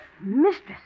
Mistress